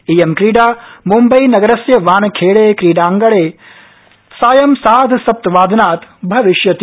खि क्रीडा मुम्बईनगरस्य वानखेड़े क्रीडांगणे सायं सार्धसप्तवादनात् भविष्यति